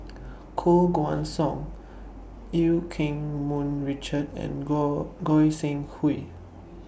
Koh Guan Song EU Keng Mun Richard and Goi Goi Seng Hui